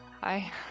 Hi